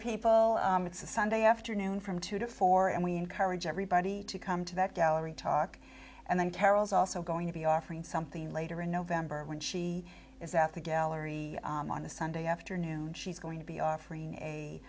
people it's a sunday afternoon from two to four and we encourage everybody to come to that gallery talk and then carol is also going to be offering something later in november when she is at the gallery on a sunday afternoon she's going to be offering